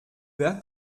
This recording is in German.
wer